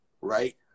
right